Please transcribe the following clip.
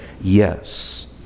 yes